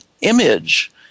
image